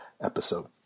episode